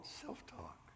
self-talk